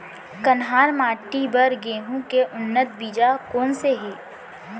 कन्हार माटी बर गेहूँ के उन्नत बीजा कोन से हे?